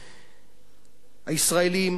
הישראלים,